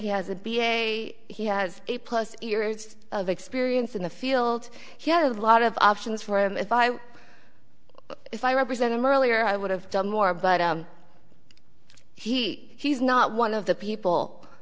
he has a b a he has a plus years of experience in the field here a lot of options for him if i were if i represent him earlier i would have done more but he he's not one of the people